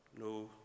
No